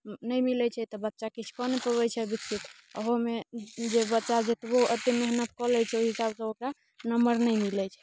नहि मिलैत छै तऽ बच्चा किछु कऽ नहि पबैत छै विकसित ओहोमे जे बच्चा जतबो ओते मेहनत कऽ लै छै ओहि हिसाबसँ ओकरा नम्बर नहि मिलैत छै